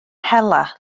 hela